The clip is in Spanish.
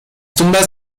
tumbas